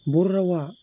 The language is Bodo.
बर' रावा